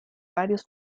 varios